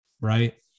right